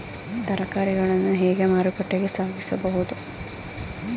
ತರಕಾರಿಗಳನ್ನು ಹೇಗೆ ಮಾರುಕಟ್ಟೆಗೆ ಸಾಗಿಸಬಹುದು?